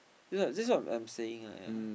this what this what I am saying ah ya